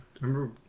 Remember